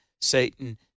Satan